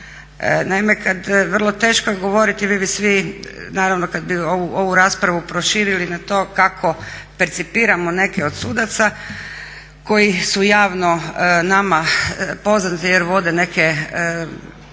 Naime vrlo je teško govoriti, vi bi svi naravno kad bi ovu raspravu proširili na to kako percipiramo neke od sudaca koji su javno nama poznati jer vode neke